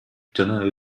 жана